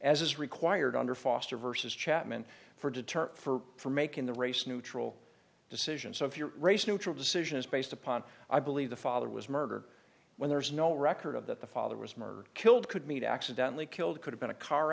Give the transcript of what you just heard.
as is required under foster versus chatman for deterrent for for making the race neutral decisions of your race neutral decisions based upon i believe the father was murdered when there was no record of that the father was murdered killed could meet accidentally killed could have been a car